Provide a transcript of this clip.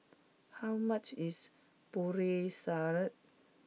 how much is Putri Salad